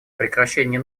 прекращения